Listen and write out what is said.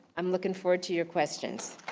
i'm looking forward to your questions.